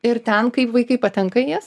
ir ten kaip vaikai patenka į jas